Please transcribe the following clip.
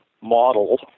model